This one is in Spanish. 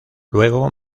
luego